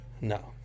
No